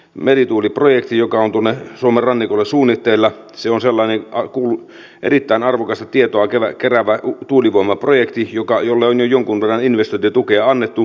merituuli projekti joka on kolme suomen rannikolle suunnitteilla se on sellainen erittäin arvokasta tietoa keräävä tuulivoimaprojekti jolle on jo jonkun verran investointitukea annettu